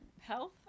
health